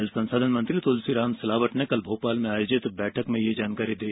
जल संसाधन मंत्री तुलसीराम सिलावट ने कल भोपाल में आयोजित बैठक में ये जानकारी दी